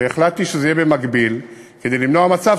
החלטתי שזה יהיה במקביל כדי למנוע מצב